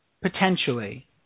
potentially